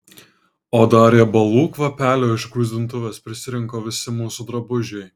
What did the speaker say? o dar riebalų kvapelio iš gruzdintuvės prisirinko visi mūsų drabužiai